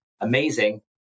amazing